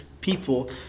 people